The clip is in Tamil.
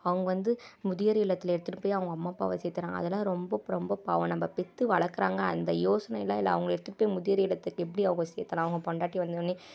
அவங்க வந்து முதியோர் இல்லத்தில் எடுத்துகிட்டு போய் அவங்க அம்மா அப்பாவை சேர்த்துட்றாங்க அதெல்லாம் ரொம்ப ரொம்ப பாவம் நம்ப பெற்று வளக்கிறாங்க அந்த யோசனையெல்லாம் இல்லை அவங்களை எடுத்துகிட்டு போய் முதியோர் இல்லத்துக்கு எப்படி அவங்க சேர்த்தலாம் அவங்க பொண்டாட்டி வந்தொடன்னே